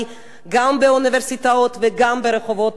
גם באוניברסיטאות וגם ברחובות טביליסי.